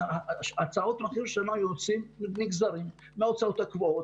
ההוצאות שלנו נגזרות מההוצאות הקבועות,